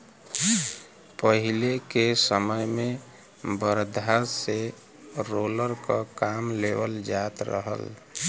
पहिले के समय में बरधा से रोलर क काम लेवल जात रहल